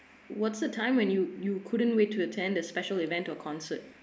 what's the time when you you couldn't wait to attend the special event to a concert